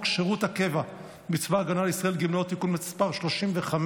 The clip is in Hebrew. שירות הקבע בצבא הגנה לישראל (גמלאות) (תיקון מס' 35)